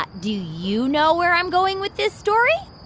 but do you know where i'm going with this story?